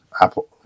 apple